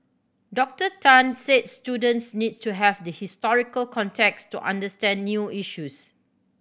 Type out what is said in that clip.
Doctor Tan said students need to have the historical context to understand new issues